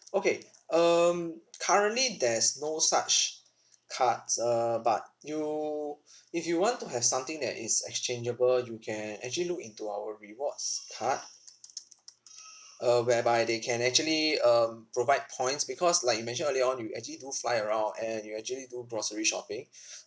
okay um currently there's no such cards uh but you if you want to have something that is exchangeable you can actually look into our rewards card uh whereby they can actually um provide points because like you mentioned earlier on you actually do fly around and you actually do grocery shopping